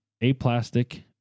aplastic